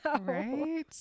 Right